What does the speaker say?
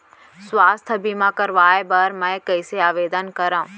स्वास्थ्य बीमा करवाय बर मैं कइसे आवेदन करव?